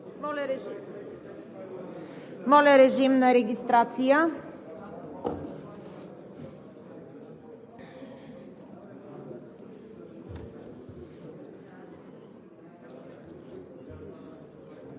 Моля, режим на регистрация.